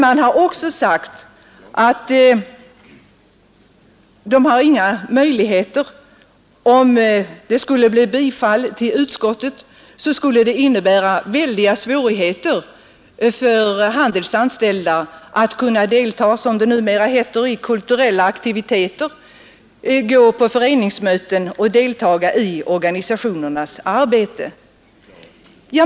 Man har vidare påpekat att ett bifall till utskottets förslag skulle innebära väldiga svårigheter för de anställda att ägna sig åt, som det numera heter, kulturella aktiviteter, gå på föreningsmöten och deltaga i organisationsarbete.